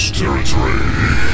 territory